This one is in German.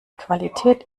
qualität